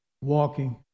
walking